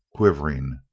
quivering,